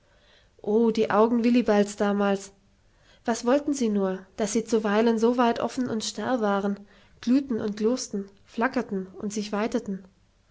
oh die augen willibalds damals was wollten sie nur daß sie zuweilen so weit offen und starr waren glühten und glosten flackerten und sich weiteten